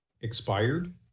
expired